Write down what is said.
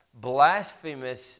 blasphemous